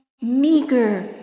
meager